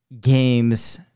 games